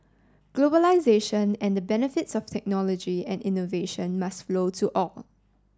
globalisation and the benefits of technology and innovation must flow to all